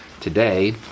Today